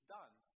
done